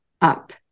up